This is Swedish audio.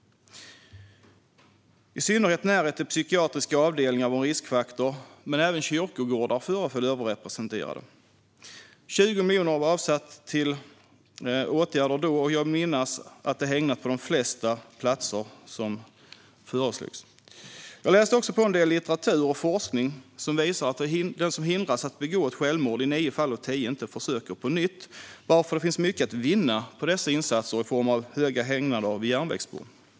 I synnerhet närhet till psykiatriska avdelningar var en riskfaktor, men även kyrkogårdar föreföll överrepresenterade. 20 miljoner var avsatt till åtgärder då, och jag vill minnas att det i dag är hägnat på de flesta platser som föreslogs. Jag läste också på en del i litteratur och forskning som visar att den som hindras att begå självmord i nio fall av tio inte försöker på nytt, varför det finns mycket att vinna på dessa insatser i form av höga hägnader vid järnvägsspår.